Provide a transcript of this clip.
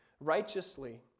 righteously